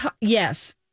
yes